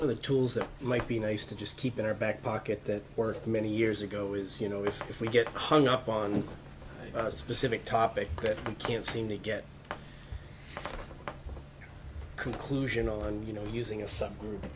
the tools that might be nice to just keep in our back pocket work many years ago is you know if we get hung up on a specific topic that we can't seem to get a conclusion on you know using a subgroup